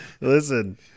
Listen